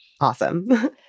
Awesome